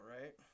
right